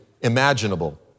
imaginable